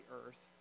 earth